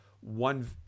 one